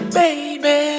baby